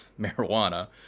marijuana